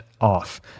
off